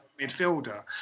midfielder